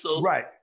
Right